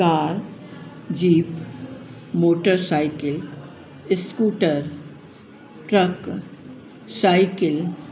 car jeep motor cycle scooter truck cycle